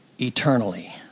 eternally